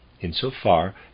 insofar